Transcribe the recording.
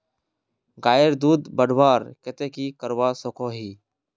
गायेर दूध बढ़वार केते की करवा सकोहो ही?